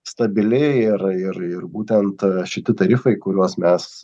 stabili ir ir ir būtent šiti tarifai kuriuos mes